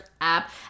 app